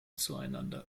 zueinander